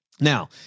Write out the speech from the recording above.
Now